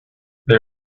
they